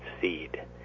seed